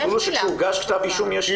המסלול הוא שהוגש כתב אישום ויש שלילה.